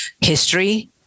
history